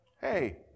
hey